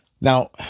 Now